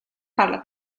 farla